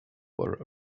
were